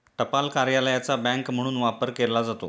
टपाल कार्यालयाचा बँक म्हणून वापर केला जातो